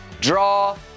draw